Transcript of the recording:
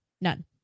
None